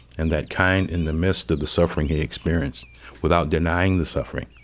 and that kind in the midst of the suffering he experienced without denying the suffering,